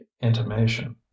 intimation